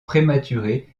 prématurée